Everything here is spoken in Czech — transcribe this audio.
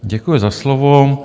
Děkuji za slovo.